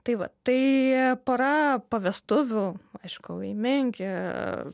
tai va tai pora po vestuvių aišku laimingi